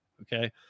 Okay